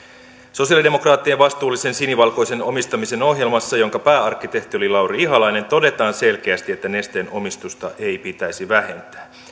sosialidemokraattien vastuullisen sinivalkoisen omistamisen ohjelmassa jonka pääarkkitehti oli lauri ihalainen todetaan selkeästi että nesteen omistusta ei pitäisi vähentää